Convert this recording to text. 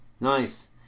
nice